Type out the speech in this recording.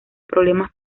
problemas